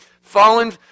Fallen